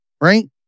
right